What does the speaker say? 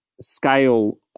scale